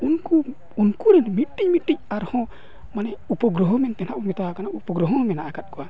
ᱩᱱᱠᱩ ᱩᱱᱠᱩ ᱨᱮᱱ ᱢᱤᱫᱴᱤᱡ ᱢᱤᱫᱴᱤᱡ ᱟᱨ ᱦᱚᱸ ᱢᱟᱱᱮ ᱩᱯᱚᱜᱨᱚᱦᱚ ᱢᱮᱱᱛᱮᱫ ᱱᱟᱦᱟᱜ ᱵᱚᱱ ᱢᱮᱛᱟ ᱠᱚ ᱠᱟᱱᱟ ᱯᱩᱯᱚᱜᱨᱚᱦᱚ ᱦᱚᱸ ᱢᱮᱱᱟᱜ ᱠᱟᱜ ᱠᱚᱣᱟ